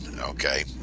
Okay